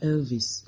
Elvis